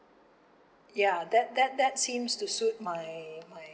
ya that that that seems to suit my my